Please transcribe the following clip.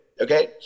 Okay